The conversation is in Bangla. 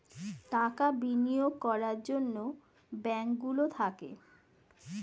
টাকা বিনিয়োগ করার জন্যে ব্যাঙ্ক গুলো থাকে